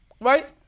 right